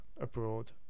abroad